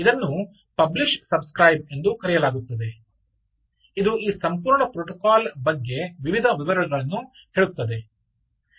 ಇದನ್ನು publish subscribe ಎಂದು ಕರೆಯಲಾಗುತ್ತದೆ ಇದು ಈ ಸಂಪೂರ್ಣ ಪ್ರೋಟೋಕಾಲ್ ಬಗ್ಗೆ ವಿವಿಧ ವಿವರಗಳನ್ನು ಹೇಳುತ್ತದೆ